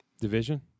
Division